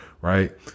right